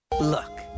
Look